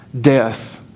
death